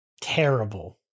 terrible